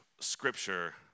scripture